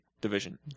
division